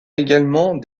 également